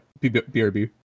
BRB